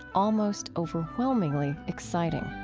almost overwhelmingly exciting.